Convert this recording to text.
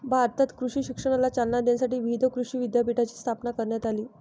भारतात कृषी शिक्षणाला चालना देण्यासाठी विविध कृषी विद्यापीठांची स्थापना करण्यात आली